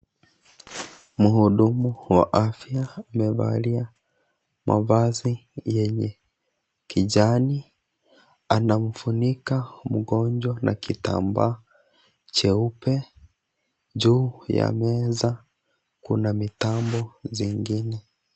Mhudumu wa afya amevalia mavazi yenye kijani. Anamfunika mgonjwa na kitambaa cheupe. Juu ya meza kuna mitambo zingine.